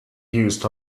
used